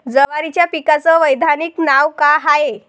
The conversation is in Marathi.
जवारीच्या पिकाचं वैधानिक नाव का हाये?